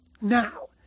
now